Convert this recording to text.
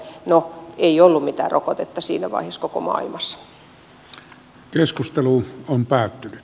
no ei ollut mitään rokotetta siinä vaiheessa koko maailmassa